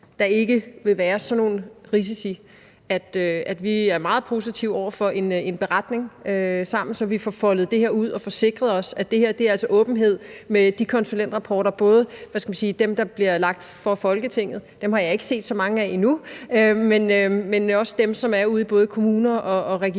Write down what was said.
der ikke vil være sådan nogle risici, vil være meget positive over for at lave en beretning, hvor vi får foldet det her ud. Og vi skal også sikre os, at det her altså er åbenhed om både de konsulentrapporter, der bliver forelagt Folketinget – dem har jeg ikke set så mange af endnu – og om dem, der er ude i både kommuner og regioner,